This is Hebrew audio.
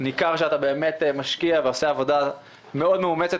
ניכר שאתה באמת משקיע ועושה עבודה מאוד מאומצת